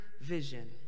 vision